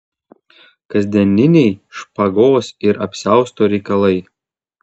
kasdieniniai špagos ir apsiausto reikalai